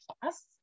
class